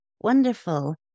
Wonderful